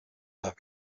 darf